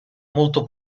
molto